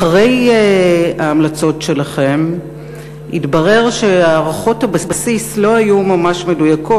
אחרי ההמלצות שלכם התברר שהערכות הבסיס לא היו ממש מדויקות,